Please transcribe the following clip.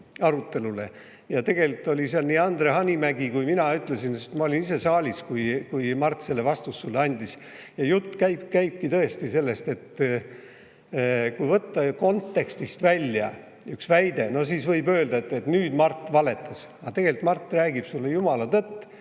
arutelule ja seal ütles Andre Hanimägi ja ka mina ütlesin – sest ma olin ise saalis, kui Mart selle vastuse sulle andis –, et jutt käibki tõesti sellest, et kui võtta kontekstist välja üks väide, siis võib öelda, et nüüd Mart valetas. Aga tegelikult Mart räägib sulle jumala tõtt.